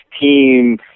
team